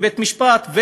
לבית-משפט,